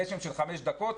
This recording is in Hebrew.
גשם של חמש דקות,